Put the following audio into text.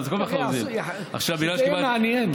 שיהיה מעניין.